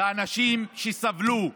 לאנשים שסבלו,